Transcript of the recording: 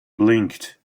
blinked